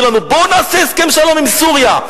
לנו: בואו נעשה הסכם שלום עם סוריה,